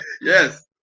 Yes